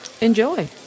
enjoy